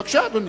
בבקשה, אדוני.